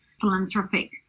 philanthropic